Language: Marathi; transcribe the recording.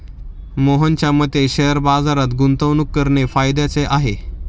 मोहनच्या मते शेअर बाजारात गुंतवणूक करणे फायद्याचे आहे